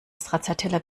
stracciatella